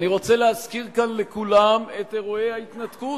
אני רוצה להזכיר כאן לכולם את אירועי ההתנתקות.